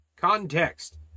context